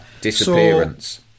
disappearance